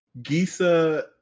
Gisa